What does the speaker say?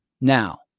Now